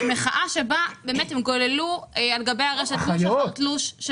מחאה שבה הן באמת גוללו על גבי הרשת תלוש אחרי תלוש --- אחיות.